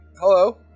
Hello